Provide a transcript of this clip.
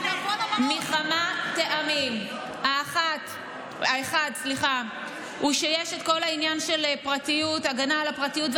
מכמה טעמים: האחד הוא שיש את כל העניין של הגנה על הפרטיות,